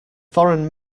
foreign